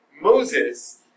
Moses